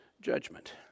judgment